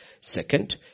Second